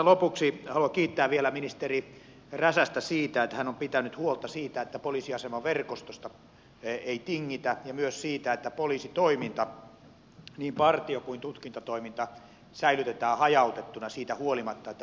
lopuksi haluan kiittää vielä ministeri räsästä siitä että hän on pitänyt huolta siitä että poliisiasemaverkostosta ei tingitä ja myös siitä että poliisitoiminta niin partio kuin tutkintatoiminta säilytetään hajautettuna siitä huolimatta että poliisin hallintoa on keskitetty